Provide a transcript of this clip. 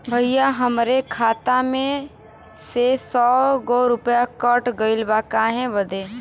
भईया हमरे खाता मे से सौ गो रूपया कट गइल बा काहे बदे?